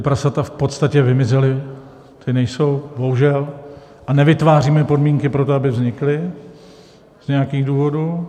Prasata v podstatě vymizela, ta nejsou, bohužel, a nevytváříme podmínky pro to, aby vznikla z nějakých důvodů.